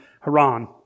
Haran